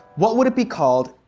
what would it be called,